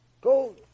Go